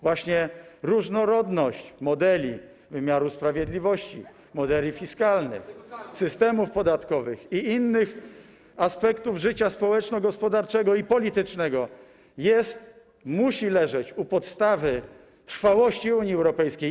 Właśnie różnorodność modeli wymiaru sprawiedliwości, modeli fiskalnych, systemów podatkowych i innych aspektów życia społeczno-gospodarczego i politycznego musi leżeć u podstaw trwałości Unii Europejskiej.